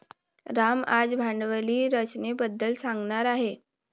राम आज भांडवली रचनेबद्दल सांगणार आहे